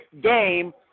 game